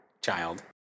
child